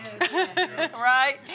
right